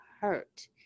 hurt